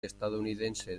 estadounidense